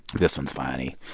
this one's funny.